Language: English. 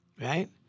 right